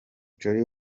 jolly